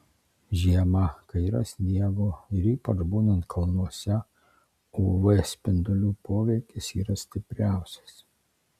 žiemą kai yra sniego ir ypač būnant kalnuose uv spindulių poveikis yra stipriausias